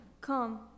come